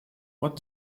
what